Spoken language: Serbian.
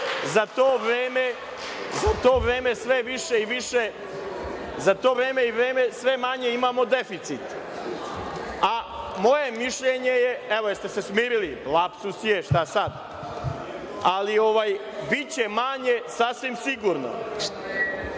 za to vreme sve više i više, za to vreme sve manje imamo deficit, a moje mišljenje je, evo jeste se smirili lapsus je, šta sad, ali biće manje sasvim sigurno.Za